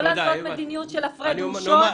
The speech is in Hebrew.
לא לנהל מדיניות של הפרד ומשול,